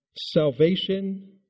Salvation